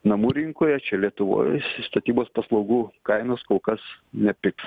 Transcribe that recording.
namų rinkoje čia lietuvoj statybos paslaugų kainos kol kas nepigs